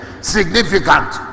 significant